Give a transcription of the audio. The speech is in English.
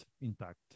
intact